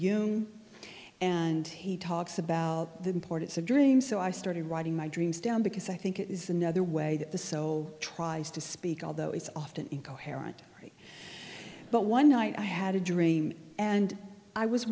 human and he talks about the importance of dreams so i started writing my dreams down because i think it is another way that the soul tries to speak although it's often incoherent but one night i had a dream and i was